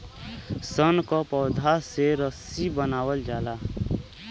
सन क पौधा से रस्सी बनावल जाला